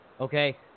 okay